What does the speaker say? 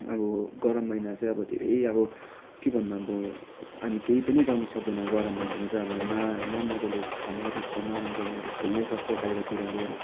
अब गरम महिना चाहिँ अब धेरै अब के भन्नु अब हामी केही पनि गर्न सक्दैनौँ गरम महिनामा चाहिँ अब न न मजाले खानै रुच्छ न मजाले अब खेल्नै सक्छ बाहिरतिर गएर